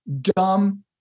dumb